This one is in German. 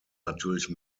natürlich